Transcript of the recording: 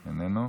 איננו.